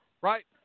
right